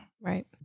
Right